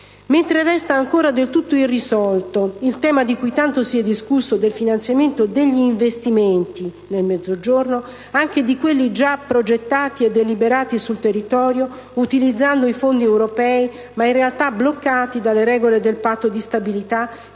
mentre resta ancora del tutto irrisolto il tema di cui tanto si è discusso del finanziamento degli investimenti nel Mezzogiorno, anche di quelli già progettati e deliberati sul territorio utilizzando i fondi europei ma in realtà bloccati dalle regole del patto di stabilità,